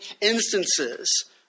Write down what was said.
instances